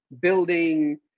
building